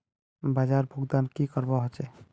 बाजार भुगतान की करवा होचे?